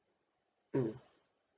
mm